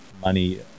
money